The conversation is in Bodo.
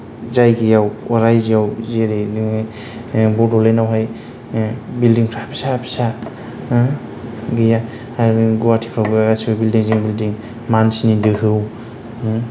जायगायाव अ' रायजोआव जेरै नोङो बड'लेण्डावहाय बिल्दिं फ्रा फिसा फिसा गैया आरो गुवाहाटिफ्रावबो गासैबो बिल्दिं जों बिल्दिं मानसिनि दोहौ